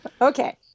Okay